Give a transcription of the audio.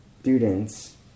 students